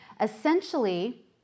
Essentially